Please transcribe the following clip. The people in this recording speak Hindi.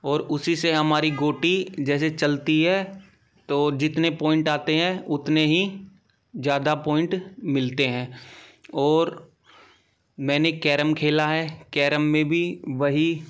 और उसी से हमारे गोटी जैसे चलती है तो जितने पॉइंट आते हैं उतने ही ज़्यादा पॉइंट मिलते हैं और मैंने कैरम खेला है कैरम में भी वही